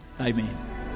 Amen